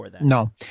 No